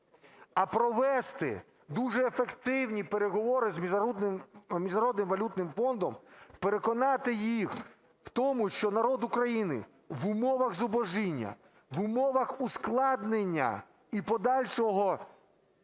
а провести дуже ефективні переговори з Міжнародним валютним фондом, переконати їх, що народ України в умовах зубожіння, в умовах ускладнення і подальшого